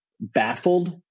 baffled